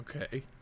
Okay